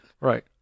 right